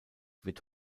wird